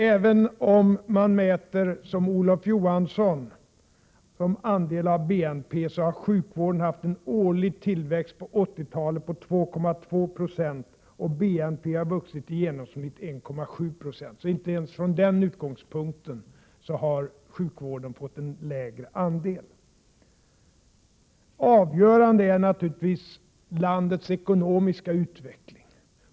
Även om man som Olof Johansson mäter andelen av BNP så har sjukvården haft en årlig tillväxt under 1980-talet på 2,2 Zo. BNP har vuxit i genomsnitt 1,7 20. Sjukvården har således inte ens från den utgångspunkten Prot. 1987/88:96 fått en lägre andel. 8 april 1988 Det avgörande är naturligtvis landets ekonomiska utveckling.